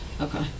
okay